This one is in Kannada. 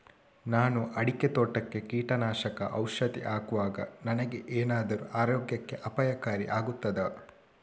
ನಾನು ಅಡಿಕೆ ತೋಟಕ್ಕೆ ಕೀಟನಾಶಕ ಔಷಧಿ ಹಾಕುವಾಗ ನನಗೆ ಏನಾದರೂ ಆರೋಗ್ಯಕ್ಕೆ ಅಪಾಯಕಾರಿ ಆಗುತ್ತದಾ?